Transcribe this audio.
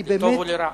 אני באמת, לטוב או לרע.